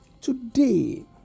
today